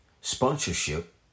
Sponsorship